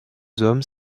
hommes